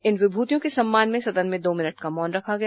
इन विभूतियों के सम्मान में सदन में दो मिनट का मौन रखा गया